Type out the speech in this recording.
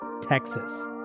Texas